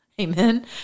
Amen